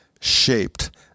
shaped